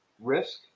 risk